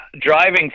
driving